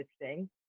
interesting